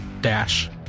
dash